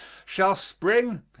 shall spring,